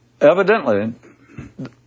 evidently